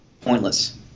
Pointless